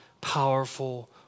powerful